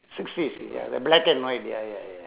sixties ya the black and white ya ya ya